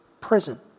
prison